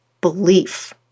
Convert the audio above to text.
belief